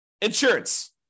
insurance